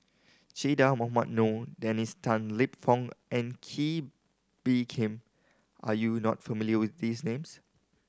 Che Dah Mohamed Noor Dennis Tan Lip Fong and Kee Bee Khim are you not familiar with these names